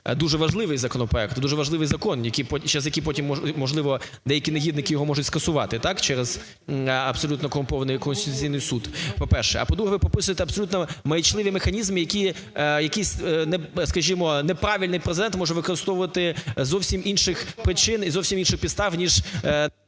дуже важливий законопроект. Це дуже важливий закон, який потім ще, можливо, деякі негідники його можуть скасувати, так, через абсолютно корумпований Конституційний Суд, по-перше. А по-друге, ви прописуєте абсолютно маячливі механізми, які якийсь, скажімо, неправильний президент може використовувати з зовсім інших причин і зовсім інших підстав, ніж…